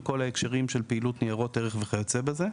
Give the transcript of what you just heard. בכל ההקשרים של פעילות ניירות ערך וכיוצא בזאת.